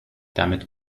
damit